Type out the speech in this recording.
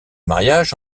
mariage